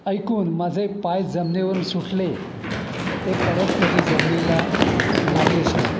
ऐकून माझे पाय जमिनीवरून सुटले ते परत कधी जमिनीला लागलेच नाहीत